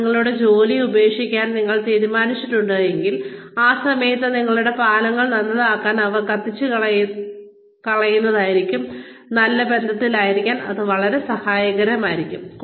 അതിനാൽ നിങ്ങളുടെ ജോലി ഉപേക്ഷിക്കാൻ നിങ്ങൾ തീരുമാനിച്ചിട്ടുണ്ടെങ്കിൽ ആ സമയത്ത് നിങ്ങളുടെ പാലങ്ങൾ നന്നാക്കാനും അവ കത്തിച്ചുകളയാതിരിക്കാനും നല്ല ബന്ധത്തിലായിരിക്കാൻ ഇത് വളരെ സഹായകമാകും